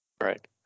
Right